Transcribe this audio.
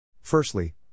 Firstly